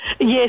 Yes